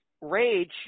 rage